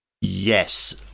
Yes